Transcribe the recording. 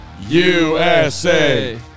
USA